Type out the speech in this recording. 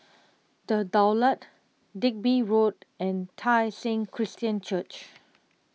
the Daulat Digby Road and Tai Seng Christian Church